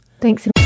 Thanks